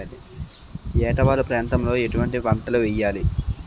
ఏటా వాలు ప్రాంతం లో ఎటువంటి పంటలు వేయాలి?